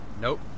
nope